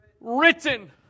written